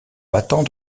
battant